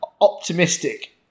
Optimistic